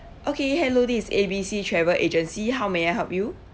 okay hello this is A B C travel agency how may I help you